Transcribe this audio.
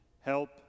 help